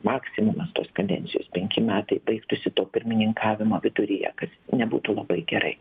maksimumas tos kadencijos penki metai baigtųsi to pirmininkavimo viduryje kas nebūtų labai gerai